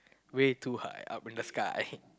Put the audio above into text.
way too high up in the sky